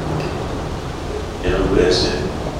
Din a wozomɛ nɛ a be hiabuɛ zee.